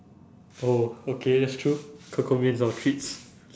oh okay that's true ke kou mian is our treats